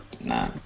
Nah